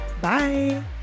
Bye